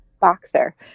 boxer